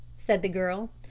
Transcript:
said the girl.